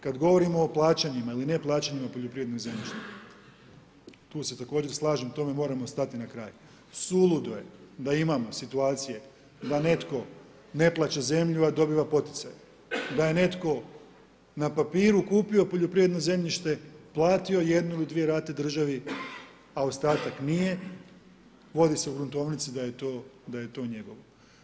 Kada govorimo o plaćanjima ili ne plaćanjima poljoprivrednog zemljišta, tu se također slažem tome moramo stati na kraj, suludo je da imamo situacije da netko ne plaća zemlju a dobiva poticaje, da je netko na papiru kupio poljoprivredno zemljište, platio jednu ili dvije rate državi a ostatak nije, vodi se u gruntovnici da je to, da je to njegovo.